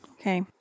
okay